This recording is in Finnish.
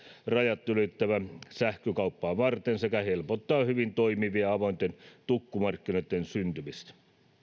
rajat ylittävää sähkökauppaa varten sekä helpottaa hyvin toimivien ja avointen tukkumarkkinoitten syntymistä